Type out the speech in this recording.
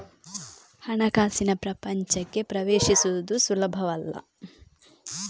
ಹಣಕಾಸಿನ ಪ್ರಪಂಚಕ್ಕೆ ಪ್ರವೇಶಿಸುವುದು ಸುಲಭವಲ್ಲ